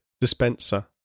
dispenser